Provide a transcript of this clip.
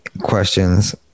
questions